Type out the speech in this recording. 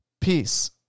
Peace